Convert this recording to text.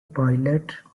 pilot